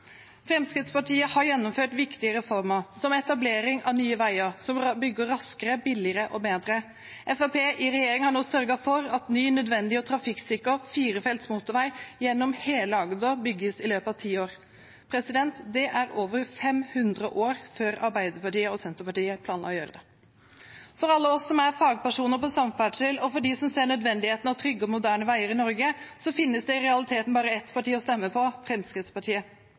Fremskrittspartiet har gjennomført viktige reformer, som etablering av Nye veier, som bygger raskere, billigere og bedre. Fremskrittspartiet i regjering har nå sørget for at ny, nødvendig og trafikksikker firefelts motorvei gjennom hele Agder bygges i løpet av ti år. Det er over 500 år før Arbeiderpartiet og Senterpartiet planla å gjøre det. For alle oss som er fagpersoner på samferdsel, og for dem som ser nødvendigheten av trygge og moderne veier i Norge, finnes det i realiteten bare ett parti å stemme på: Fremskrittspartiet.